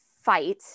fight